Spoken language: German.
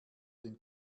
den